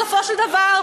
בסופו של דבר,